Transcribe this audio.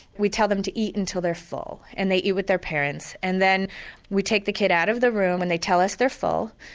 we tell them to eat until they're full and they eat with their parents. and then we take the kid out of the room when they tell us they're full,